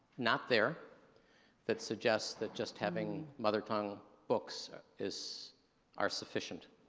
not there that suggest that just having mother tongue books is are sufficient.